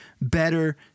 better